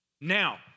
Now